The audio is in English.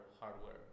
hardware